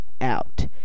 out